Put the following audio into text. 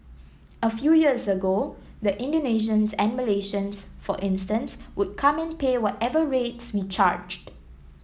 a few years ago the Indonesians and Malaysians for instance would come and pay whatever rates we charged